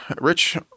Rich